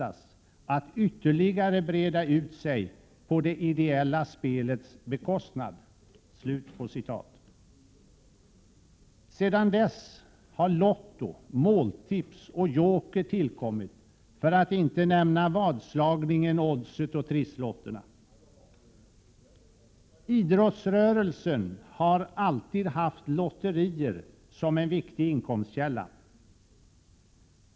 1987/88:136 ytterligare breda ut sig på det ideella spelets bekostnad.” Sedan dess har — 8 juni 1988 Lotto, Måltipset och Joker tillkommit, för att inte nämna vadslagningen, ZOO GI Oddset och TökodRer ö Andringitoterilagen, Idrottsrörelsen har alltid haft lotterier som en viktig inkomstkälla.